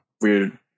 weird